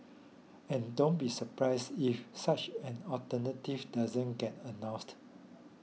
and don't be surprised if such an alternative does get announced